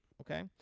Okay